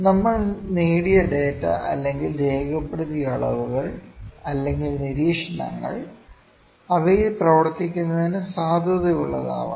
നമ്മൾ നേടിയ ഡാറ്റ അല്ലെങ്കിൽ രേഖപ്പെടുത്തിയ അളവുകൾ അല്ലെങ്കിൽ നിരീക്ഷണങ്ങൾ അവയിൽ പ്രവർത്തിക്കുന്നതിന് സാധുതയുള്ളതായിരിക്കണം